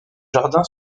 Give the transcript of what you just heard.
jardin